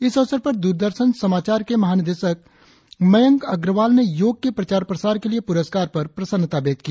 इस अवसर पर द्रदर्शन समाचार के महानिदेशक मयंक अग्रवाल ने योग के प्रचार प्रसार के लिए पुरस्कार पर प्रसन्नता व्यक्त की